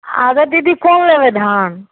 अच्छा दीदी कोन लेबै धान